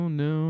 no